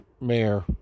mayor